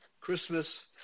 Christmas